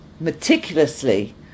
meticulously